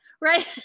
right